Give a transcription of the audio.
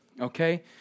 okay